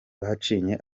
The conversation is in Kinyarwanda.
bacinye